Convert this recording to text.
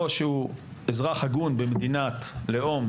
או שהוא אזרח הגון במדינת לאום,